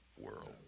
world